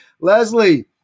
leslie